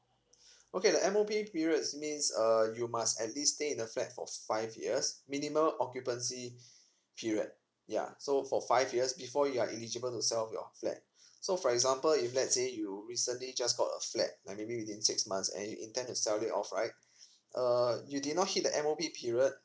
okay the M O P period means uh you must at least stay in a flat for five years minimal occupancy period ya so for five years before you are eligible to sell off your flat so for example if let's say you recently just got a flat like maybe within six months and you intend to sell it off right err you did not hit the M O P period